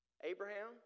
Abraham